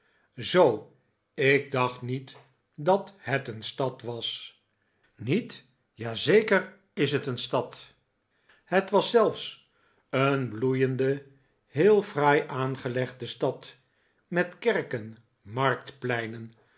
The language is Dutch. zoo ik dacht niet dat het een stad was niet ja zeker is het een stad het was zelfs een bloeiende heel fraai aangelegde stad met kerken